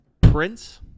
Prince